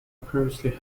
previously